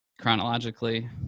chronologically